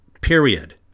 period